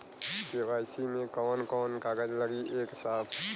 KYC मे कवन कवन कागज लगी ए साहब?